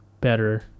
better